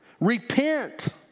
Repent